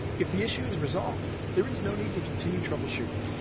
if the issue is resolved, there is no need to continue troubleshooting.